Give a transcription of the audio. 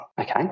Okay